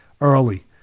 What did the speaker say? early